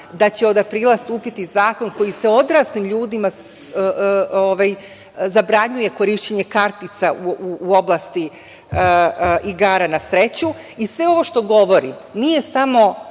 da će od aprila stupiti zakon koji se odraslim ljudima zabranjuje korišćenje kartica u oblasti igara na sreću. Sve ovo što govorim nije samo